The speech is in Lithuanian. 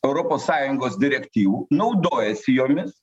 europos sąjungos direktyvų naudojasi jomis